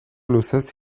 luzez